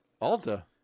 Alta